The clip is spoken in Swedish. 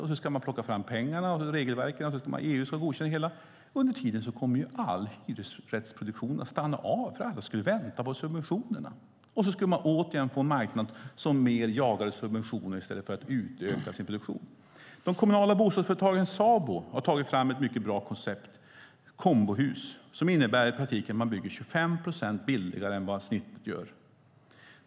Man ska plocka fram pengarna och regelverken. Sedan ska EU godkänna det hela. Under tiden kommer all hyresrättsproduktion att stanna av. Alla skulle vänta på subventionerna. Och då skulle man återigen få en marknad som mer jagade subventioner i stället för att utöka sin produktion. De kommunala bostadsföretagen, Sabo, har tagit fram ett mycket bra koncept, kombohus, som i praktiken innebär att man bygger 25 procent billigare än vad snittet gör.